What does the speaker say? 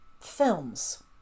films